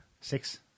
Six